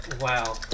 Wow